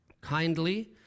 kindly